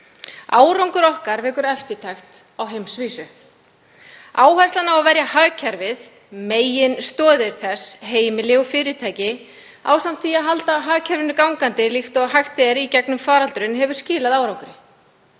Árangur okkar vekur eftirtekt á heimsvísu. Áherslan á að verja hagkerfið, meginstoðir þess, heimili og fyrirtæki ásamt því að halda hagkerfinu gangandi líkt og hægt er í gegnum faraldurinn, hefur skilað árangri.